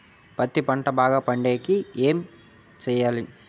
పత్తి పంట బాగా పండే కి ఏమి చెయ్యాలి?